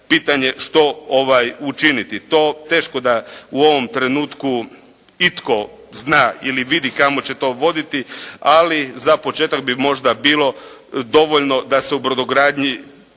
pitanje što učiniti? To teško da u ovom trenutku itko zna ili vidi kamo će to voditi, ali za početak bi možda bilo dovoljno da se u brodogradnju,